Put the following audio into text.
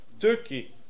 turkey